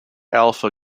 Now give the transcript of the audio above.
alpha